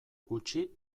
gutxi